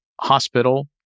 hospital